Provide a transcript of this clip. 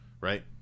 right